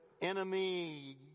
enemy